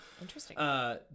Interesting